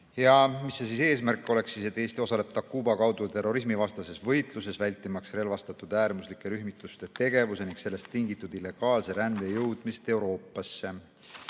Mis on eesmärk? Eesti osaleb Takuba kaudu terrorismivastases võitluses, vältimaks relvastatud äärmuslike rühmituste tegevuse ning sellest tingitud illegaalse rände jõudmist Euroopasse.